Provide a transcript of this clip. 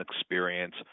experience